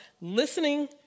listening